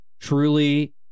truly